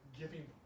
giving